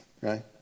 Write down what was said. right